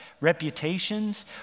reputations